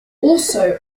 also